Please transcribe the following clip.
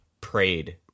prayed